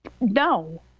No